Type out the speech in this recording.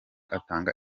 atanga